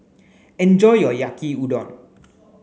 enjoy your Yaki Udon